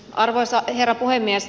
arvoisa herra puhemies